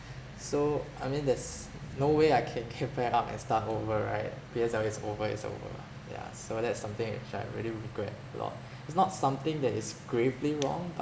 so I mean there's no way I can keep it up and start over right P_S_L_E is over is over ah yeah so that's something which I really regret a lot it's not something that is gravely wrong but